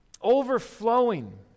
overflowing